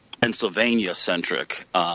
Pennsylvania-centric